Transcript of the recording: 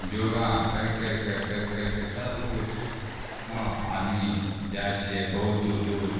योगा करि करिके करि करिके सब किछु हँ आदमी जाय छियै बहुत दूर दूर